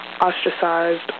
ostracized